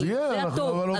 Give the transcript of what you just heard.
זה הטוב.